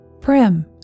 Prim